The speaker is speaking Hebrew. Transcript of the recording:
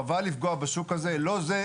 חבל לפגוע בשוק הזה; לא זו,